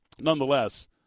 nonetheless